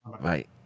right